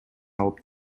алып